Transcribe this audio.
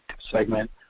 segment